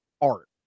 art